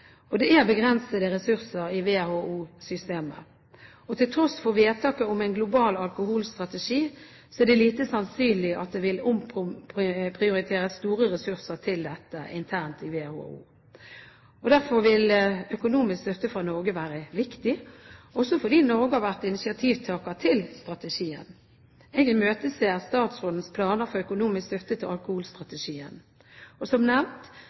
Det krever også ressurser. Det er begrensede ressurser i WHO-systemet, og til tross for vedtaket om en global alkoholstrategi er det lite sannsynlig at det vil omprioriteres store ressurser til dette internt i WHO. Derfor vil økonomisk støtte fra Norge være viktig, også fordi Norge har vært initiativtaker til strategien. Jeg imøteser statsrådens planer for økonomisk støtte til alkoholstrategien. Som nevnt